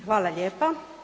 Hvala lijepo.